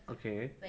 okay